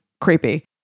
creepy